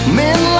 men